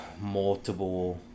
multiple